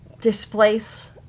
displace